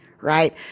right